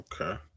Okay